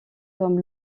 comme